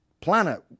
planet